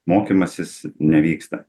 mokymasis nevyksta